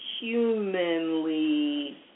humanly